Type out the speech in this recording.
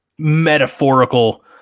Metaphorical